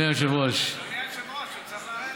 היושב-ראש, אדוני היושב-ראש, הוא צריך לרדת.